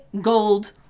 gold